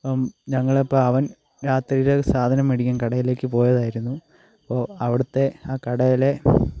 അപ്പം ഞങ്ങൾ ഇപ്പം അവൻ രാത്രിയിൽ സാധനം മേടിക്കാൻ കടയിലേക്ക് പോയതായിരുന്നു അപ്പോൾ അവിടുത്തെ ആ കടയിലെ